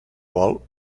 vol